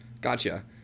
Gotcha